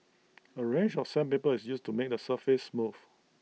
A range of sandpaper is used to make the surface smooth